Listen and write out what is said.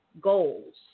goals